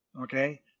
Okay